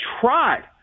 tried